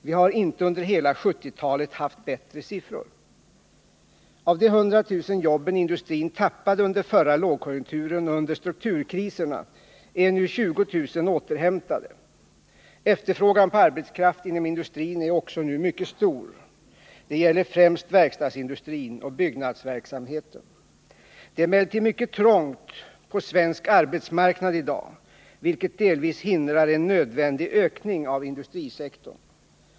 Vi har inte under hela 1970-talet haft bättre siffror. Av de 100 000 jobb som industrin tappade under förra lågkonjunkturen och under strukturkriserna är nu 20000 återhämtade. Efterfrågan på arbetskraft inom industrin är också nu mycket stor. Det gäller främst verkstadsindustrin och byggnadsverksamheten. Det är emellertid mycket trångt på svensk arbetsmarknad i dag, vilket delvis hindrar en nödvändig ökning av industrisektorn.